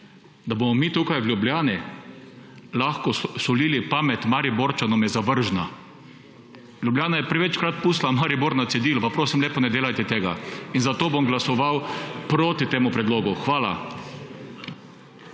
da bomo mi tukaj v Ljubljani lahko solili pamet Mariborčanom, je zavržna. Ljubljana je prevečkrat pustila Maribor na cedilu, pa prosim lepo, ne delajte tega. Zato bom glasoval proti temu predlogu. Hvala.